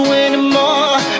anymore